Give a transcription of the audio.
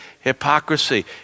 hypocrisy